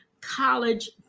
college